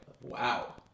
Wow